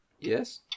Yes